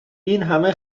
اینهمه